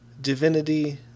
divinity